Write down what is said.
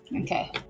Okay